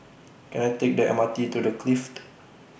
Can I Take The M R T to The Clift